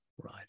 right